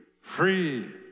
free